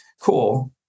cool